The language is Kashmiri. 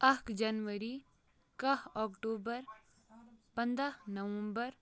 اَکھ جنؤری کاہہ اَکٹوٗبَر پنٛداہ نَومبر